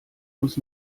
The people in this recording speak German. uns